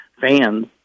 fans